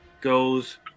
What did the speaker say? goes